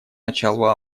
началу